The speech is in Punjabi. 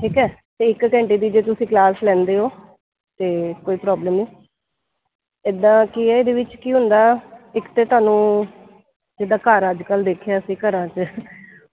ਠੀਕ ਹੈ ਅਤੇ ਇੱਕ ਘੰਟੇ ਦੀ ਜੇ ਤੁਸੀਂ ਕਲਾਸ ਲੈਂਦੇ ਹੋ ਅਤੇ ਕੋਈ ਪ੍ਰੋਬਲਮ ਨਹੀਂ ਇੱਦਾਂ ਕੀ ਹੈ ਇਹਦੇ ਵਿੱਚ ਕੀ ਹੁੰਦਾ ਇੱਕ ਅਤੇ ਤੁਹਾਨੂੰ ਜਿੱਦਾਂ ਘਰ ਅੱਜ ਕੱਲ੍ਹ ਦੇਖਿਆ ਅਸੀਂ ਘਰਾਂ 'ਚ